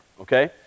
okay